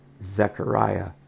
Zechariah